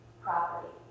property